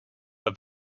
are